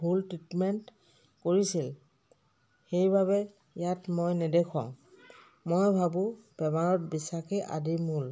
ভুল ট্ৰিটমেণ্ট কৰিছিল সেইবাবে ইয়াত মই নেদেখুৱাওঁ মই ভাবোঁ বেমাৰত বিশ্বাসেই আদিৰ মূল